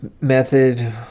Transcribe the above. method